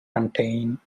contain